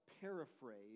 paraphrase